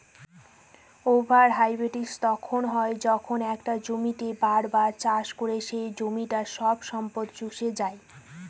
over harvesting তখন হয় যখন একটা জমিতেই বার বার চাষ করে সে জমিটার সব সম্পদ শুষে যাই